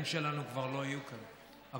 כבר לא יהיו פה עבורכם.